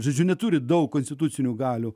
žodžiu neturi daug konstitucinių galių